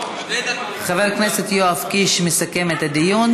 חבר הכנסת יואב קיש יסכם את הדיון,